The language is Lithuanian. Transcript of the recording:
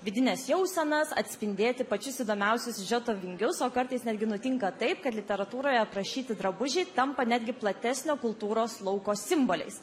vidines jausenas atspindėti pačius įdomiausius siužeto vingius o kartais netgi nutinka taip kad literatūroje aprašyti drabužiai tampa netgi platesnio kultūros lauko simboliais